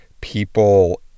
people